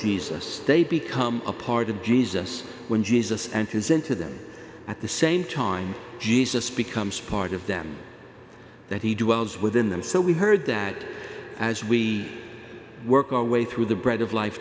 jesus they become a part of jesus when jesus and his into them at the same time jesus becomes part of them that he dwells within them so we heard that as we work our way through the bread of life